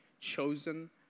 Chosen